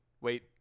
wait